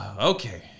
Okay